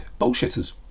bullshitters